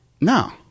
No